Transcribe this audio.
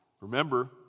Remember